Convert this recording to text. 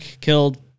killed